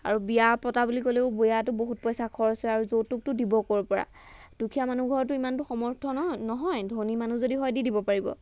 আৰু বিয়া পতা বুলি ক'লেও বিয়াতো বহুত খৰচ হয় আৰু যৌতুকটো দিব ক'ৰপৰা দুখীয়া মানুহ ঘৰটো ইমানতো সমৰ্থ নহ নহয় ধনী মানুহ যদি হয় দি দিব পাৰিব